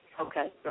Okay